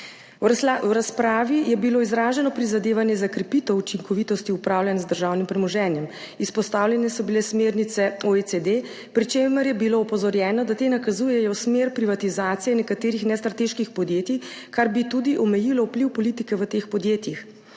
V razpravi je bilo izraženo prizadevanje za krepitev učinkovitosti upravljanja z državnim premoženjem. Izpostavljene so bile smernice OECD, pri čemer je bilo opozorjeno, da te nakazujejo v smer privatizacije nekaterih nestrateških podjetij, kar bi tudi omejilo vpliv politike v teh podjetjih.